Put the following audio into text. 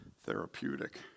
therapeutic